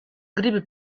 gribi